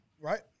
right